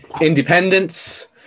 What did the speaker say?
independence